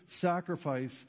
sacrifice